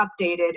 updated